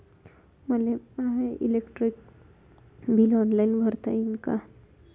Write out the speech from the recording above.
मले माय electric bill online भरता येईन का?